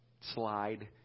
slide